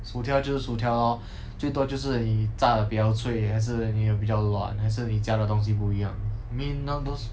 薯条就是薯条 lor 最多就是你炸的比较脆还是你的比较软还是你加的东西不一样:zui duo jiu shi ni zha debijiao cui hai shi ni de bi jiao ruan hai shi ni jia de dong xi bu yi yang I mean now those